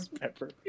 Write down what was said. pepper